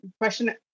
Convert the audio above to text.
Question